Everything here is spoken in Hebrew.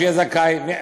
שיהיה זכאי.